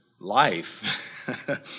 life